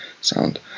sound